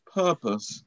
purpose